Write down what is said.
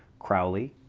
crowley,